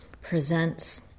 presents